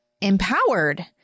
empowered